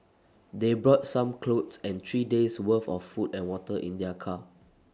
they brought some clothes and three days' worth of food and water in their car